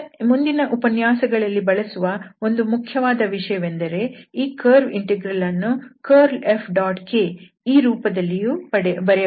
ಮುಂದಿನ ಉಪನ್ಯಾಸಗಳಲ್ಲಿ ಬಳಸುವ ಒಂದು ಮುಖ್ಯವಾದ ವಿಷಯವೆಂದರೆ ಈ ಕರ್ವ್ ಇಂಟೆಗ್ರಲ್ ಅನ್ನು curlFk ಈ ರೂಪದಲ್ಲಿಯೂ ಬರೆಯಬಹುದು